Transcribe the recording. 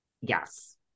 Yes